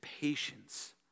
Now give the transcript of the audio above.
patience